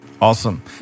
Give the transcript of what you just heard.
Awesome